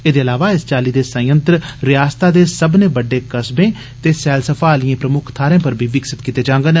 एह्दे इलावा इस चाल्ली दे सयंत्र रियासतै दे सब्बने बड्डे कस्बे ते सैलसफा आलिए प्रमुक्ख थाहरें पर बी विकसित कीते जांगन